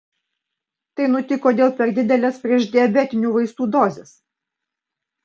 tai nutiko dėl per didelės priešdiabetinių vaistų dozės